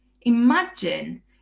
Imagine